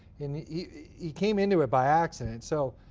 and he he came into it by accident. so